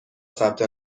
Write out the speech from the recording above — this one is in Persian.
ثبت